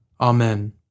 Amen